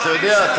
אתה יודע,